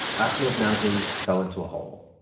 ahmed najm um fell into a hole.